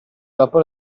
dopo